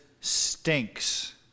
stinks